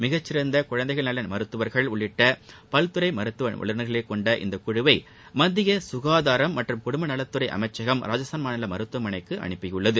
மிகச்சிறந்த குழந்தைகள் நல மருத்துவர்கள் உள்ளிட்ட பல்துறை மருத்துவ வல்லுநர்களைக் கொண்ட இந்தக்குழுவை மத்திய சுகாதாரம் மற்றும் குடும்பநலத்துறை அமைச்சகம் ராஜஸ்தான் மாநில மருத்துவமனைக்கு அனுப்பியுள்ளது